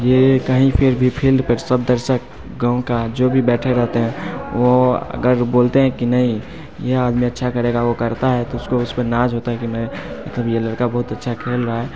यह कहीं पर भी फ़ील्ड पर सब दर्शक गाँव का जो भी बैठे रहते हैं वह अगर बोलते हैं कि नहीं यह आदमी अच्छा करेगा वह करता है तो उसको उस पर नाज होता है कि मैं तो यह लड़का बहुत अच्छा खेल रहा है